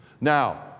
Now